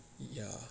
ya